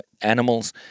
animals